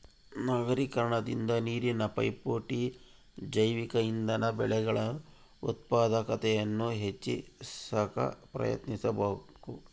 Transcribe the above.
ನಗರೀಕರಣದಿಂದ ನೀರಿನ ಪೈಪೋಟಿ ಜೈವಿಕ ಇಂಧನ ಬೆಳೆಗಳು ಉತ್ಪಾದಕತೆಯನ್ನು ಹೆಚ್ಚಿ ಸಾಕ ಪ್ರಯತ್ನಿಸಬಕು